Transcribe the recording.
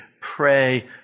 pray